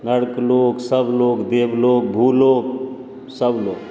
नरकलोक सर्वलोक देवलोक भूलोक सभ लोक